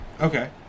Okay